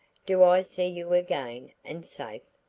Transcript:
do i see you again and safe?